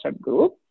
group